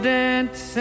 dance